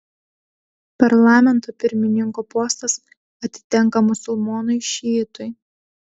parlamento pirmininko postas atitenka musulmonui šiitui